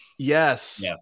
Yes